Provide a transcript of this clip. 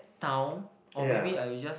town or maybe I will just